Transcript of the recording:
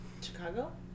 Chicago